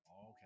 Okay